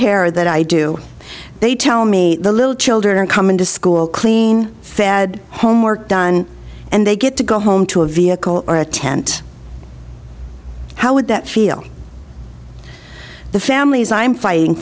hair that i do they tell me the little children come in to school clean fed homework done and they get to go home to a vehicle or a tent how would that feel the families i'm fighting